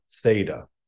theta